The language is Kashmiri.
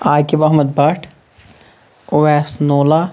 عاقب احمد بھٹ اویس نولا